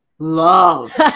Love